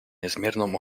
niezmierną